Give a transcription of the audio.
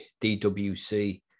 DWC